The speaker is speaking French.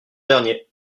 derniers